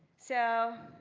so